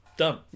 Done